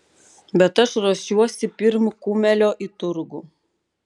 bet aš veržiuosi pirm kumelio į turgų